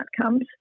outcomes